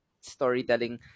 storytelling